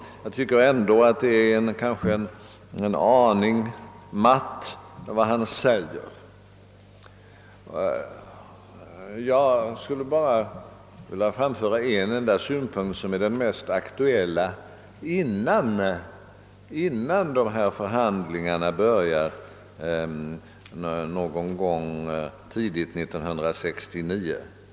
Jag tycker emellertid att vad han säger är en aning matt. Jag skulle bara vilja framföra den synpunkt som är mest aktuell innan förhandlingarna på allvar börjar någon gång tidigt år 1969.